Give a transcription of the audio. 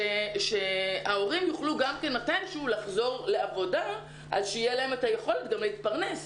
שההורים יוכלו מתי שהוא לחזור לעבודה שתהיה להם גם את היכולת להתפרנס.